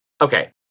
okay